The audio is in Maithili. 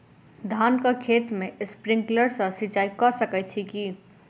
धानक खेत मे स्प्रिंकलर सँ सिंचाईं कऽ सकैत छी की?